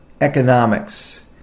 economics